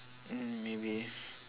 mm maybe